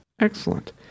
Excellent